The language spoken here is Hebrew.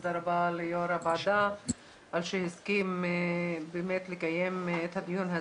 תודה רבה ליו"ר הוועדה על שהסכים באמת לקיים את הדיון הזה.